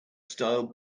style